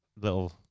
little